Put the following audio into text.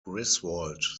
griswold